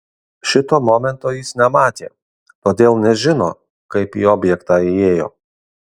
šito momento jis nematė todėl nežino kaip į objektą įėjo